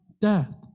death